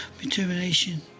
determination